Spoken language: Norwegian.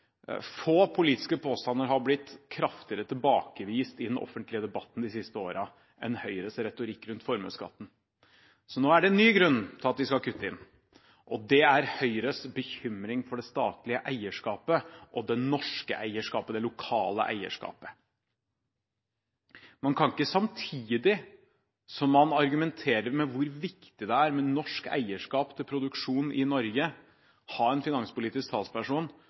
Få politiske påstander har blitt kraftigere tilbakevist i den offentlige debatten de siste årene enn Høyres retorikk rundt formuesskatten. Nå er det en ny grunn til at vi skal kutte i den, og det er Høyres bekymring for det statlige eierskapet, det norske eierskapet og det lokale eierskapet. Man kan ikke samtidig som man argumenterer med hvor viktig det er med norsk eierskap til produksjon i Norge, ha en finanspolitisk talsperson